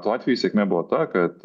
tuo atveju sėkmė buvo ta kad